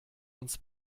uns